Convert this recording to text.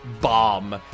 bomb